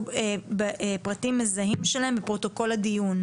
פרטים מזהים שלהם בפרוטוקול הדיון.